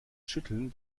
schütteln